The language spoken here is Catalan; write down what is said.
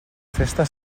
festa